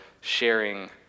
sharing